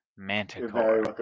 manticore